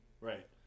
Right